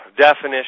definition